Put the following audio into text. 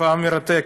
תופעה מרתקת.